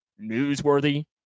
newsworthy